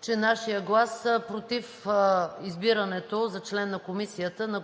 че нашият глас против избирането за член на комисията на